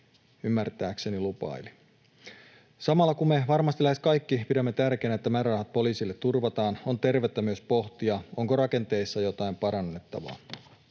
ymmärtääkseni lupaili. Samalla, kun varmasti lähes me kaikki pidämme tärkeänä, että poliisille turvataan määrärahat, on tervettä myös pohtia, onko rakenteissa jotain parannettavaa,